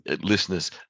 listeners